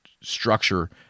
structure